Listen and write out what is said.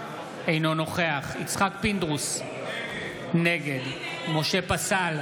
אינו נוכח יצחק פינדרוס, נגד משה פסל,